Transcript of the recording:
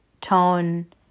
tone